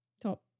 Top